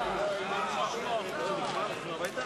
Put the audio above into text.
בעד הצעת